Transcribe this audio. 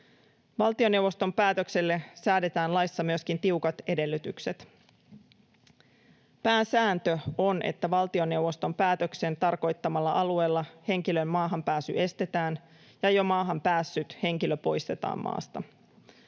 Valtioneuvoston päätökselle säädetään laissa myöskin tiukat edellytykset. Pääsääntö on, että valtioneuvoston päätöksen tarkoittamalla alueella henkilön maahanpääsy estetään ja jo maahan päässyt henkilö poistetaan maasta.